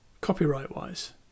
copyright-wise